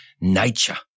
nature